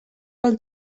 vol